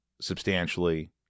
substantially